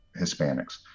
Hispanics